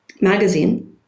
magazine